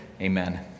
Amen